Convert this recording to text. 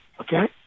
Okay